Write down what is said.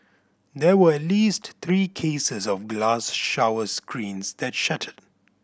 there were at least three cases of glass shower screens that shattered